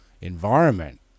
environment